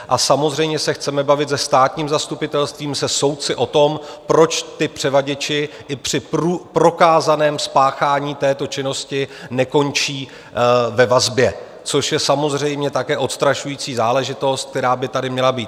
A samozřejmě se chceme bavit se státním zastupitelstvím, se soudci o tom, proč ti převaděči i při prokázaném spáchání této činnosti nekončí ve vazbě, což je samozřejmě také odstrašující záležitost, která by tady měla být.